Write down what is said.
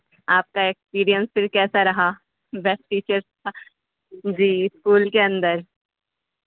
آپ کا ایکسپریئنس پھر کیسا رہا بیسٹ ٹیچرس تھا جی اسکول کے اندر